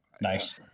Nice